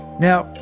now,